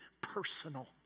personal